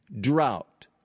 drought